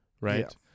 right